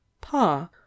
pa